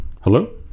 Hello